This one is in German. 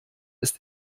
ist